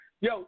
Yo